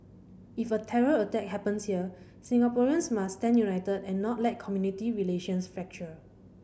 if a terror attack happens here Singaporeans must stand united and not let community relations fracture